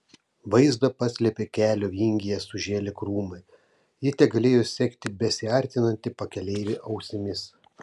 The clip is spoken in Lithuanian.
vaizdą paslėpė kelio vingyje sužėlę krūmai ji tegalėjo sekti besiartinantį pakeleivį ausimis